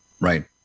Right